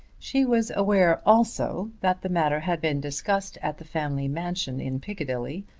she was aware also that the matter had been discussed at the family mansion in piccadilly,